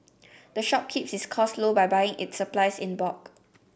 the shop keeps its costs low by buying its supplies in bulk